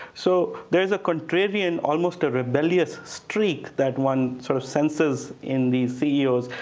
so there's a contrarian, almost rebellious streak that one sort of senses in these ceos.